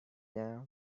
now